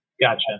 Gotcha